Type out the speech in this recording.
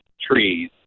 trees